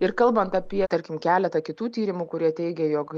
ir kalbant apie tarkim keletą kitų tyrimų kurie teigė jog